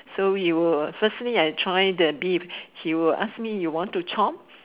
so he will firstly I try the beef he will ask me want to chop